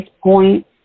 point